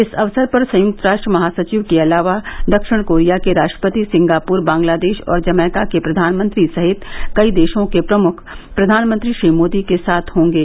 इस अवसर पर संयुक्त राष्ट्र महासचिव के अलावा दक्षिण कोरिया के राष्ट्रपति सिंगापुर बंगलादेश और जमैका के प्रधानमंत्री सहित कई देशों के प्रमुख प्रधानमंत्री श्री मोदी के साथ होंगे